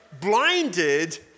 blinded